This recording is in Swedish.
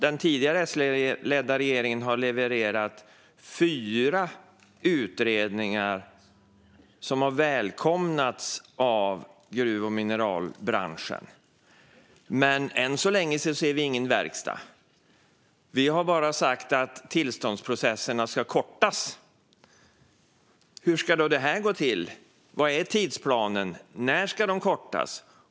Den tidigare S-ledda regeringen levererade fyra utredningar som har välkomnats av gruv och mineralbranschen, men än så länge ser vi ingen verkstad. Man har bara sagt att tillståndsprocesserna ska kortas. Hur ska detta gå till? Vad är tidsplanen? När ska de kortas?